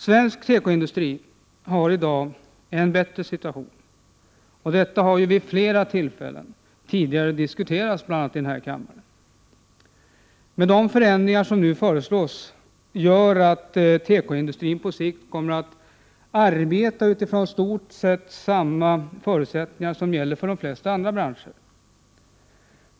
Svensk tekoindustri har i dag en bättre situation än tidigare, och detta har diskuterats vid flera tillfällen, bl.a. här i kammaren. De förändringar som nu föreslås gör att tekoindustrin på sikt kommer att arbeta utifrån i stort sett samma förutsättningar som gäller för de flesta andra branscher.